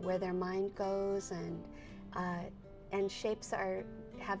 where their mind goes and and shapes are have